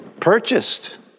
purchased